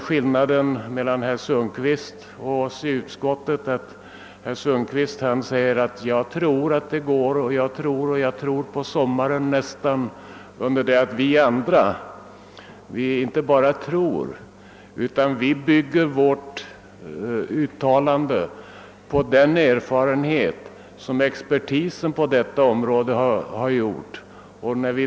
Skillnaden mellan herr Sundkvist och oss i utskottet är den att herr Sundkvist säger att han tror att det kommer att gå bra — jag tror, jag tror på sommaren, tycks vara hans melodi — under det att vi andra inte bara tror utan bygger vårt uttalande på den erfarenhet som expertisen på detta område gjort.